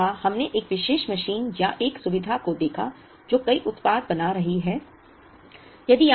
हमने कहा हमने एक विशेष मशीन या एक सुविधा को देखा जो कई उत्पाद बना रही है